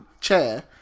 chair